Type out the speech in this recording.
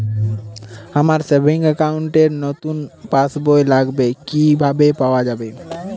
আমার savings account র নতুন পাসবই লাগবে, কিভাবে পাওয়া যাবে?